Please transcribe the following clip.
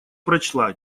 прочла